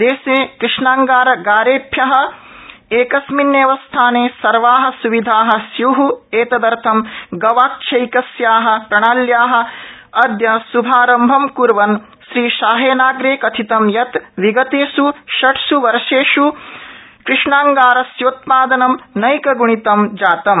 देशे कृष्णांगारागारेभ्य एकस्मिन्नेव स्थाने सर्वा सुविधा स्यू एतदर्थं गवाक्षैकस्या प्रणाल्या अद्य श्भारम्भ ं कुर्वन् श्रीशाहेनाप्रे कथितं यत् विगतेष षट्स् वर्षेष् कृष्णांगारस्योत्पादनम् नैकगृणितं जातम्